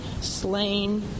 slain